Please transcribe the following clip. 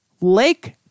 Lake